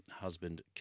husband